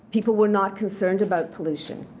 people were not concerned about pollution.